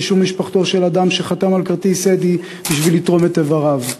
אישור משפחתו של אדם שחתם על כרטיס "אדי" בשביל לתרום את איבריו.